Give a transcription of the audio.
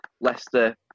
Leicester